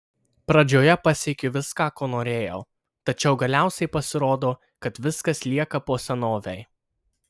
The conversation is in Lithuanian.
pradžioje pasiekiu viską ko norėjau tačiau galiausiai pasirodo kad viskas lieka po senovei